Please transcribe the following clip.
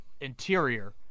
interior